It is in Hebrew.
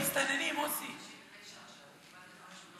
מוסי, מסתננים.